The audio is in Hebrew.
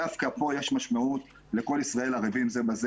דווקא פה יש משמעות לכל ישראל ערבים זה לזה.